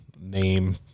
name